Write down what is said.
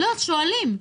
לא, שואלים.